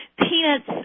Peanuts